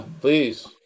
please